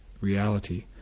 reality